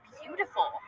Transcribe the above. beautiful